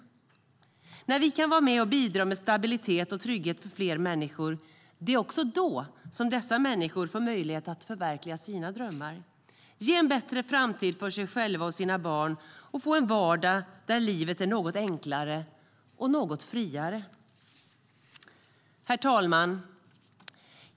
Det är när vi kan vara med och bidra med stabilitet och trygghet för fler människor som dessa människor får möjlighet att förverkliga sina drömmar, ge sig själva och sina barn en bättre framtid och få en vardag där livet är något enklare och friare. Herr talman!